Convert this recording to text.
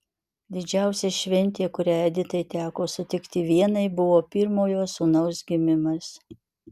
didžiausia šventė kurią editai teko sutikti vienai buvo pirmojo sūnaus gimimas